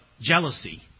jealousy